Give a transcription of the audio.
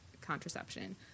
contraception